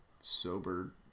sober